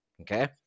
Okay